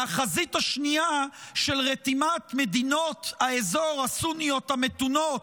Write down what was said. והחזית השנייה של רתימת מדינות האזור הסוניות המתונות,